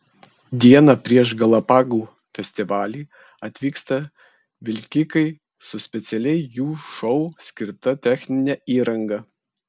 dieną prieš galapagų festivalį atvyksta vilkikai su specialiai jų šou skirta technine įranga